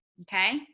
okay